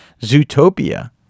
Zootopia